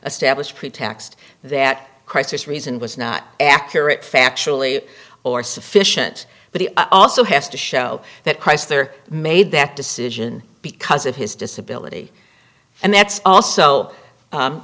establish pretext that crisis reason was not accurate factually or sufficient but he also has to show that chrysler made that decision because of his disability and that's also